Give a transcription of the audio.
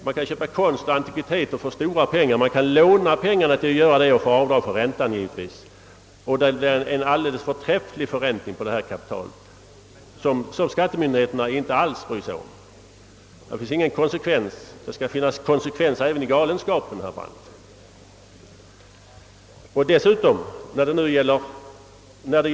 Man kan t.ex. låna pengar för att köpa konst och antikviteter och får då givetvis göra avdrag för räntan. Det blir en förträfflig förräntning på detta kapital, men det bryr sig skattemyndigheterna inte alls om. Här finns ingen konsekvens. Det bör finnas konsekvens även i galenskapen, herr Brandt.